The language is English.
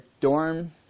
dorm